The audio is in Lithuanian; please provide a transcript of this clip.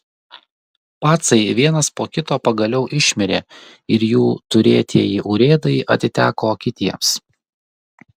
pacai vienas po kito pagaliau išmirė ir jų turėtieji urėdai atiteko kitiems